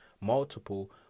multiple